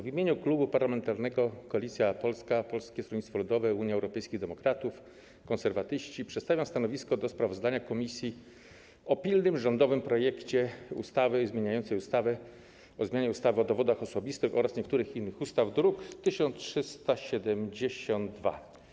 W imieniu Klubu Parlamentarnego Koalicja Polska - Polskie Stronnictwo Ludowe, Unia Europejskich Demokratów, Konserwatyści przedstawiam stanowisko w sprawie sprawozdania komisji o pilnym rządowym projekcie ustawy zmieniającej ustawę o zmianie ustawy o dowodach osobistych oraz niektórych innych ustaw, druk nr 1372.